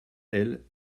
elle